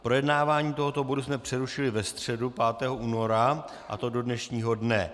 Projednávání tohoto bodu jsme přerušili ve středu 5. února, a to do dnešního dne.